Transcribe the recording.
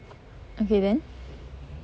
okay then